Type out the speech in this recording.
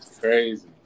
crazy